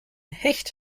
hecht